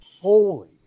Holy